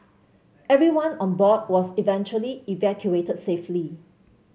everyone on board was eventually evacuated safely